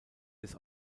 des